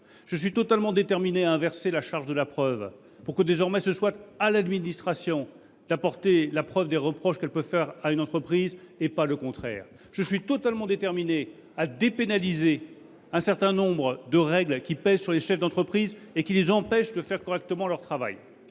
Je suis totalement déterminé à inverser la charge de la preuve, pour que ce soit à l’administration d’apporter la preuve des reproches qu’elle peut faire à une entreprise, et pas le contraire. Je suis totalement déterminé à dépénaliser un certain nombre de règles qui pèsent sur les chefs d’entreprise et qui les empêchent de faire correctement leur travail.